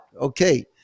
Okay